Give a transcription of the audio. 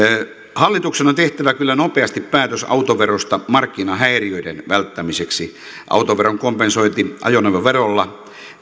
hallituksen on tehtävä kyllä nopeasti päätös autoverosta markkinahäiriöiden välttämiseksi autoveron kompensointi ajoneuvoverolla